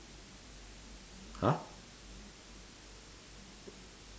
!huh!